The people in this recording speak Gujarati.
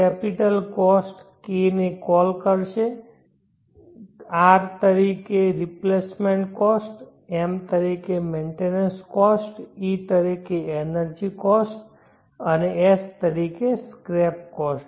કેપિટલ કોસ્ટ Kને કોલ કરશે કરશે R તરીકે replacement cost M maintenance cost E તરીકે એનર્જી કોસ્ટ અને S તરીકે સ્ક્રેપ કોસ્ટ